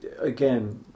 Again